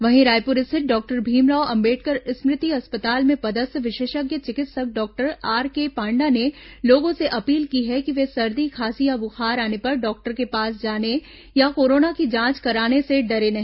वहीं रायपुर स्थित डॉक्टर भीमराव अंबेडकर स्मृति अस्पताल में पदस्थ विशेषज्ञ चिकित्सक डॉक्टर आरके पांडा ने लोगों से अपील की है कि वे सर्दी खांसी या बुखार आने पर डॉक्टर के पास जाने या कोरोना की जांच कराने से डरे नहीं